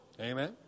Amen